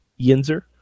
yinzer